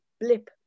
blip